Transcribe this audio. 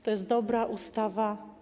To jest dobra ustawa.